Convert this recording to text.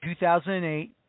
2008